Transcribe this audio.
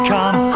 Come